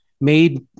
made